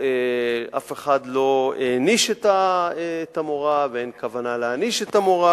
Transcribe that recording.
אף אחד לא העניש את המורה ואין כוונה להעניש את המורה,